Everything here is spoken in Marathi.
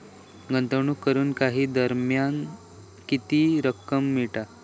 गुंतवणूक करून काही दरम्यान किती रक्कम मिळता?